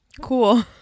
Cool